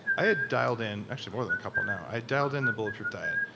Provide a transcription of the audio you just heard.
i had dialed in. actually more than a couple now. i dialed in the bulletproof diet.